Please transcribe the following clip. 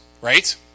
right